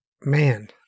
man